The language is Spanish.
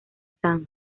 sanz